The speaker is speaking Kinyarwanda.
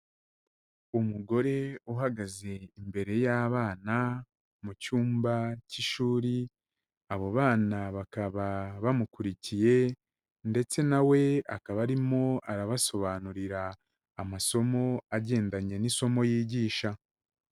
Umugore uhagaze imbere y'abana mu cyumba cy'ishuri, abo bana bakaba bamukurikiye ndetse na we akaba arimo arabasobanurira amasomo agendanye n'isomo yigisha.